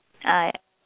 ah